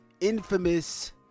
infamous